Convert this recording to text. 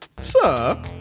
sir